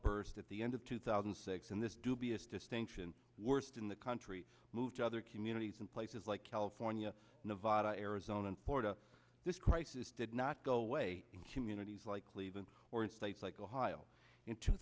burst at the end of two thousand and six in this dubious distinction worst in the country moved to other communities in places like california nevada arizona and florida this crisis did not go away in communities like cleveland or in states like ohio in two